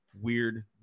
weird